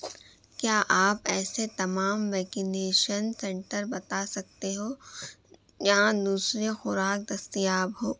کیا آپ ایسے تمام ویکینیشن سنٹر بتا سکتے ہو جہاں دوسری خوراک دستیاب ہو